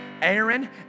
Aaron